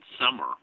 Summer